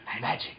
Magic